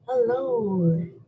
Hello